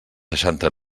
seixanta